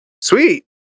sweet